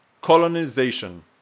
colonization